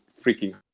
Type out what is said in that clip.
freaking